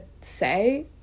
say